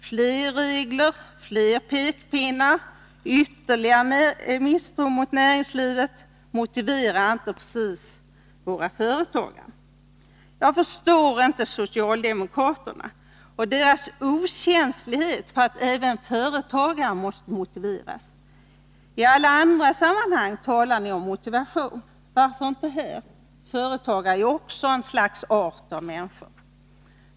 Fler regler, fler pekpinnar och ytterligare misstro mot näringslivet motiverar inte precis våra företagare. Jag förstår inte socialdemokraterna och deras okänslighet för att även företagare måste motiveras. I alla andra sammanhang talar ni om motivation — varför inte här? Företagare är också ett slags art av människa.